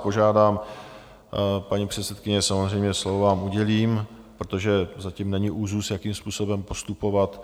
Požádám vás, paní předsedkyně, samozřejmě slovo vám udělím, protože zatím není úzus, jakým způsobem postupovat.